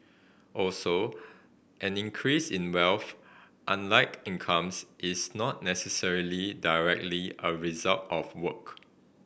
also an increase in wealth unlike incomes is not necessarily directly a result of work